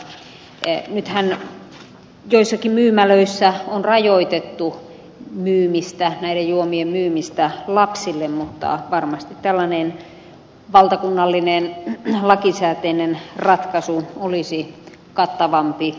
nythän joissakin myymälöissä on rajoitettu näiden juomien myymistä lapsille mutta varmasti tällainen valtakunnallinen lakisääteinen ratkaisu olisi kattavampi